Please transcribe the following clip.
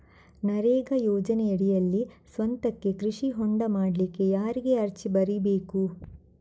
ನರೇಗಾ ಯೋಜನೆಯಡಿಯಲ್ಲಿ ಸ್ವಂತಕ್ಕೆ ಕೃಷಿ ಹೊಂಡ ಮಾಡ್ಲಿಕ್ಕೆ ಯಾರಿಗೆ ಅರ್ಜಿ ಬರಿಬೇಕು?